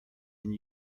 end